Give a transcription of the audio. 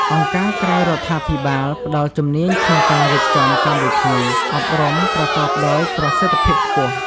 អង្គការក្រៅរដ្ឋាភិបាលផ្ដល់ជំនាញក្នុងការរៀបចំកម្មវិធី អប់រំប្រកបដោយប្រសិទ្ធភាពខ្ពស់។